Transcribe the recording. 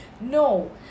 no